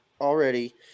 already